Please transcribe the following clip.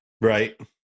Right